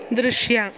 ದೃಶ್ಯ